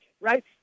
right